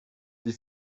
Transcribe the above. die